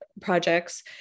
projects